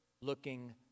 looking